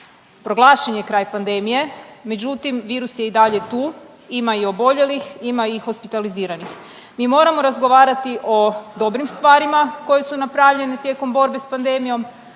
Proglašen je kraj pandemije, međutim, virus je i dalje tu, ima i oboljelih, ima i hospitaliziranih. Mi moramo razgovarati o dobrim stvarima koje su napravljene tijekom borbe s pandemijom,